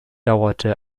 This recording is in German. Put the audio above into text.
dauerte